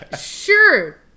Sure